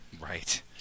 Right